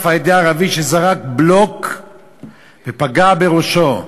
על-ידי ערבי שזרק בלוק ופגע בראשו.